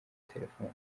telefoni